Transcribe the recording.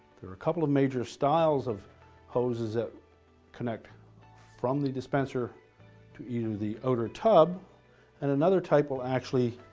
there are a couple of major styles of hoses that connect from the dispenser to either the outer tub and another type will actually